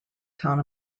town